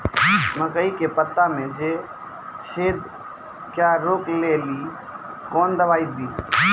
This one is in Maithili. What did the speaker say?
मकई के पता मे जे छेदा क्या रोक ले ली कौन दवाई दी?